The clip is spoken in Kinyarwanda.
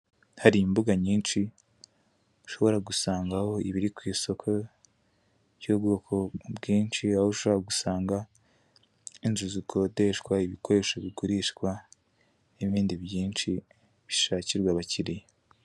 Hari imbuga nyinshi ushobora gusangaho ibiri ku isoko by'ubwoko bwinshi aho gusanga inzu zikodeshwa ibikoresho bikoreshwa n'ibindi byinshi bishakirwa abakiliya.